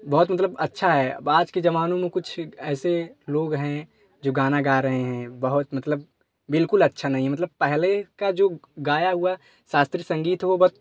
बहुत ही मतलब अच्छा है आज के जमाने में कुछ ऐसे लोग हैं जो गाना गा रहे हैं बहुत मतलब बिल्कुल अच्छा नहीं है मतलब पहले का जो गाया हुआ शास्त्री संगीत